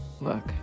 look